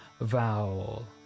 vowel